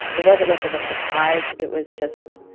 it wasn't much of a surprise. it was just